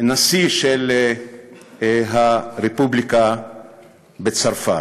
הנשיא של הרפובליקה בצרפת,